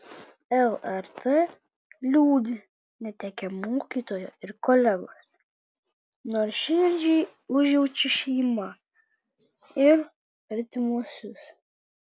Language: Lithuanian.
lrt liūdi netekę mokytojo ir kolegos nuoširdžiai užjaučia šeimą ir artimuosius